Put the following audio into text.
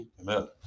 Amen